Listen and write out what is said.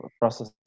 process